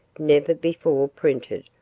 never before printed,